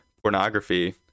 pornography